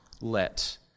let